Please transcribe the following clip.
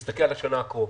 מסתכל על השנה הקרובה.